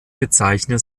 bezeichnen